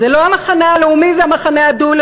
זה לא המחנה הלאומי, זה המחנה הדו-לאומי.